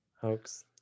Hoax